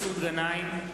מסעוד גנאים,